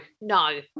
no